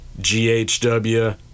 GHW